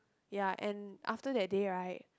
ya and after that day right